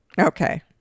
Okay